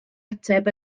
ateb